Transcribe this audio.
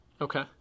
Okay